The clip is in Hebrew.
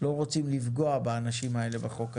לא רוצים לפגוע באנשים האלה בחוק הזה.